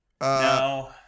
no